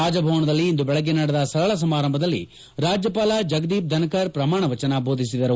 ರಾಜಭವನದಲ್ಲಿ ಇಂದು ಬೆಳಗ್ಗೆ ನಡೆದ ಸರಳ ಸಮಾರಂಭದಲ್ಲಿ ರಾಜ್ಯಪಾಲ ಜಗದೀಪ್ ಧನ್ಕರ್ ಪ್ರಮಾಣವಚನ ಬೋಧಿಸಿದರು